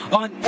on